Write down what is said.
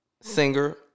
singer